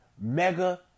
Mega